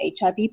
HIV